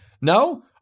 No